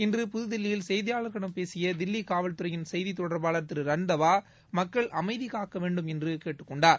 இன்று புதுதில்லியில் செய்தியாளர்களிடம் பேசிய தில்லி காவல்துறையின் செய்தித் தொடர்பாளர் திரு ரண்டாவா மக்கள் அமைதி காக்க வேண்டும் என்றும் கேட்டுக் கொண்டுள்ளார்